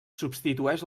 substitueix